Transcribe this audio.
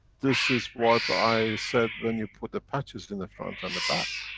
this is what i said when you put the patches in the front and the back.